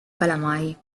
calamari